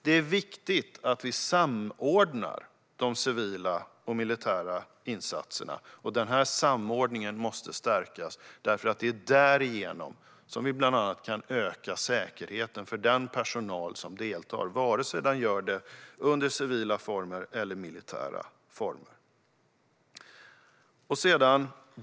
Det är viktigt att vi samordnar de civila och militära insatserna. Denna samordning måste stärkas, eftersom det är därigenom som vi bland annat kan öka säkerheten för den personal som deltar, vare sig de gör det under civila eller militära former.